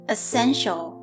Essential